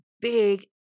big